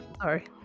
Sorry